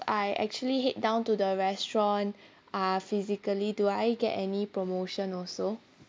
I actually head down to the restaurant uh physically do I get any promotion also